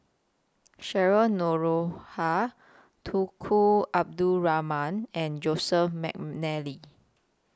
Cheryl Noronha Tunku Abdul Rahman and Joseph Mcnally